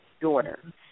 daughter